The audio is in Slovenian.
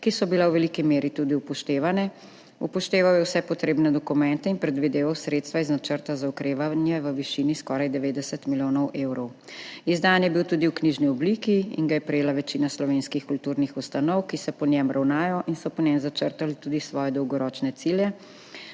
ki so bile v veliki meri tudi upoštevane. Upošteval je vse potrebne dokumente in predvideval sredstva iz načrta za okrevanje v višini skoraj 90 milijonov evrov. Izdan je bil tudi v knjižni obliki in ga je prejela večina slovenskih kulturnih ustanov, ki se po njem ravnajo in so po njem začrtali tudi svoje dolgoročne cilje.